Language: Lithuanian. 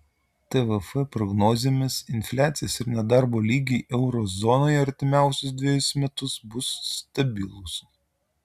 tvf prognozėmis infliacijos ir nedarbo lygiai euro zonoje artimiausius dvejus metus bus stabilūs